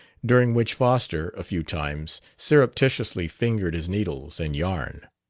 during which foster a few times surreptitiously fingered his needles and yarn.